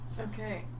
okay